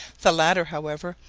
the latter, however,